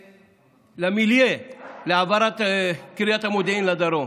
למילייה להעברת קריית המודיעין לדרום.